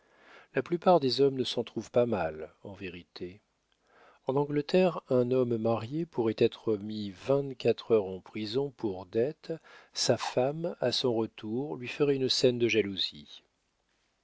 la plupart des hommes ne s'en trouvent pas mal en vérité en angleterre un homme marié pourrait être mis vingt-quatre heures en prison pour dettes sa femme à son retour lui ferait une scène de jalousie